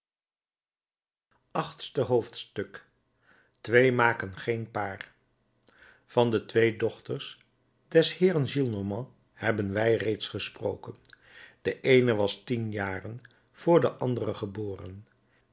achtste hoofdstuk twee maken geen paar van de twee dochters des heeren gillenormand hebben wij reeds gesproken de eene was tien jaren voor de andere geboren